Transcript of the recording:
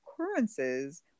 occurrences